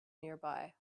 nearby